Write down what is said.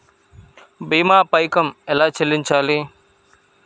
భీమా పైకం ఎలా చెల్లించాలి?